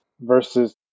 versus